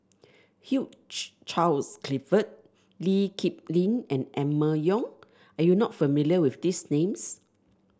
Hugh Charles Clifford Lee Kip Lin and Emma Yong are you not familiar with these names